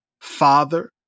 father